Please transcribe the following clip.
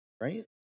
right